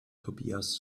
tobias